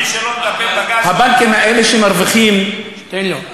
מי שלא מטפל בגז, הבנקים האלה שמרוויחים, תן לו.